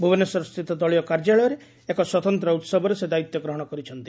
ଭୁବନେଶ୍ୱରସ୍ଥିତ ଦଳୀୟ କାର୍ଯ୍ୟାଳୟରେ ଏକ ସ୍ୱତନ୍ତ ଉହବରେ ସେ ଦାୟିତ୍ୱ ଗ୍ରହଶ କରିଛନ୍ତି